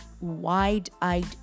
wide-eyed